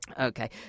Okay